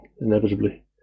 Inevitably